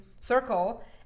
circle